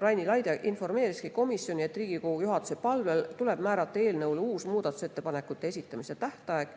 Raini Laide informeeris komisjoni, et Riigikogu juhatuse palvel tuleb määrata eelnõu kohta muudatusettepanekute esitamiseks uus tähtaeg.